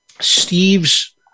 Steve's